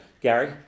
Gary